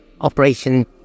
Operation